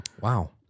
Wow